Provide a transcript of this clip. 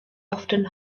often